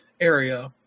area